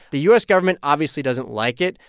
the u s. government obviously doesn't like it,